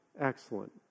excellent